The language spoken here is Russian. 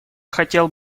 хотел